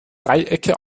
dreiecke